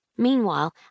Meanwhile